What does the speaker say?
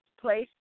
place